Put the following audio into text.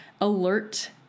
alert